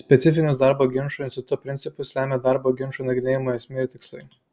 specifinius darbo ginčų instituto principus lemia darbo ginčų nagrinėjimo esmė ir tikslai